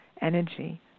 energy